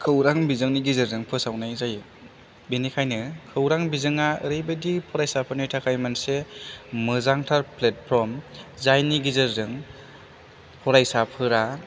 खौरां बिजोंनि गेजेरजों फोसावनाय जायो बिनिखायनो खौरां बिजोङा ओरैबायदि फरायसाफोरनि थाखाय मोनसे मोजांथार प्लेटफर्म जायनि गेजेरजों फरायसाफोरा